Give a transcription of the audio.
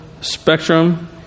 spectrum